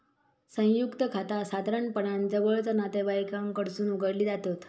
संयुक्त खाता साधारणपणान जवळचा नातेवाईकांकडसून उघडली जातत